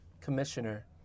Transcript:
commissioner